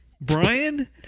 Brian